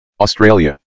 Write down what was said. Australia